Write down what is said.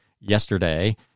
yesterday